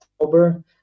October